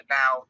now